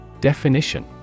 Definition